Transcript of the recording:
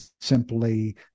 simply